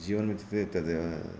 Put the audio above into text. जीवनम् इत्युक्ते ततदेव